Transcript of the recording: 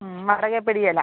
മ് വടകയിൽ പെടുകയില്ല